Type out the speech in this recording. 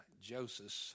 Joseph